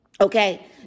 okay